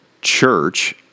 church